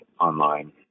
online